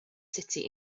city